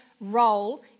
role